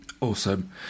Awesome